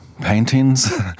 paintings